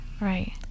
right